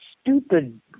stupid